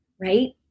Right